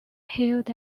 held